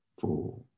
four